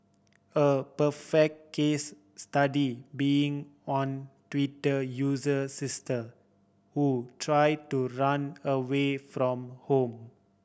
a perfect case study being one Twitter user sister who try to run away from home